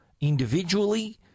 individually